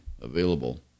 available